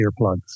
earplugs